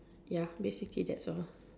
ya basically that's all